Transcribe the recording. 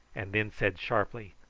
and then said sharply,